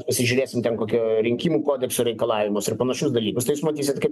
pasižiūrėsim ten kokia rinkimų kodekso reikalavimus ir panašius dalykus tais jūs matysit kad